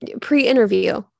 pre-interview